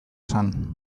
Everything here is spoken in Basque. zen